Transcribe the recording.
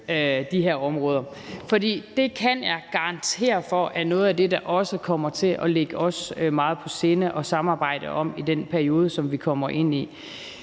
af områderne«, for det kan jeg garantere for er noget af det, der også kommer til at lægge os meget på sinde at samarbejde om i den periode, som vi kommer ind i.